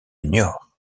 niort